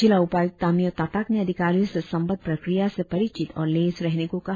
जिला उपायुक्त तामियों ताताक ने अधिकारियों से संबद्ध प्रक्रिया से परिचित और लैस रहने को कहा